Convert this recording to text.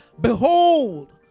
Behold